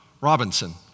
Robinson